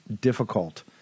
difficult